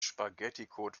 spaghetticode